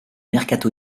mercato